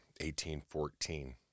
1814